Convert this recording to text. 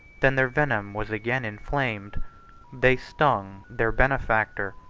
than their venom was again inflamed they stung their benefactor,